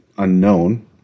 unknown